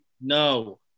No